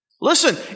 Listen